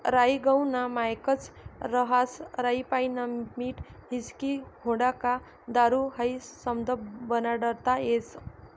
राई गहूना मायेकच रहास राईपाईन पीठ व्हिस्की व्होडका दारू हायी समधं बनाडता येस